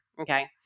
Okay